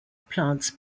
plants